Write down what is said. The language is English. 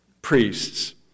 priests